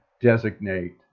designate